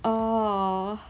orh